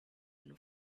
been